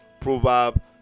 Proverb